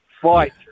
Fight